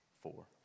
Four